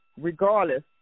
regardless